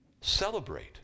celebrate